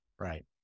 Right